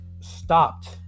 stopped